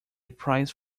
prize